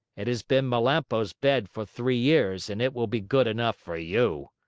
it has been melampo's bed for three years, and it will be good enough for you.